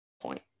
point